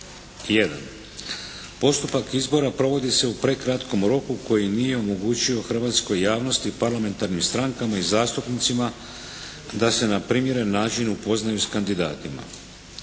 postupak izbora provodi se u prekratkom roku koji nije omogućio hrvatskoj javnosti i parlamentarnim strankama i zastupnicima da se na primjeren način upoznaju s kandidatima.